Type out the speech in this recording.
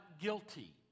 guilty